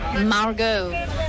Margot